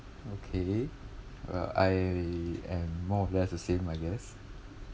okay uh I am more or less the same I guess